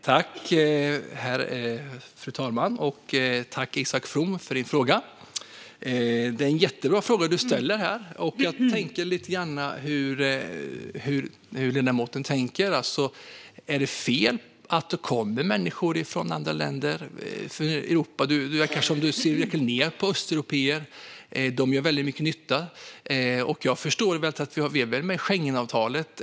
Fru talman! Tack, Isak From, för din fråga! Det är en jättebra fråga som ställs. Jag undrar lite grann hur ledamoten tänker. Är det fel att det kommer människor från andra länder i Europa? Det verkar som att ledamoten ser lite ner på östeuropéer. De gör väldigt mycket nytta. Vi är med i Schengenavtalet.